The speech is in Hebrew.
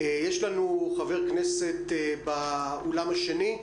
חבר הכנסת יבגני סובה באולם השני,